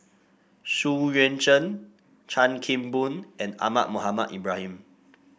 Xu Yuan Zhen Chan Kim Boon and Ahmad Mohamed Ibrahim